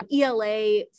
ELA